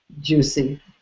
juicy